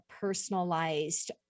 personalized